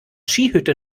skihütte